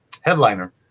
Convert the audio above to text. headliner